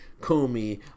comey